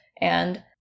and-